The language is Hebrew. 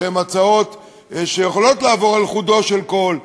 שהן הצעות שיכולות לעבור על חודו של קול,